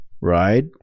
right